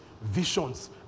visions